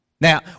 Now